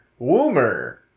Woomer